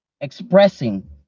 expressing